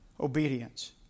obedience